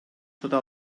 sota